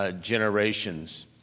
generations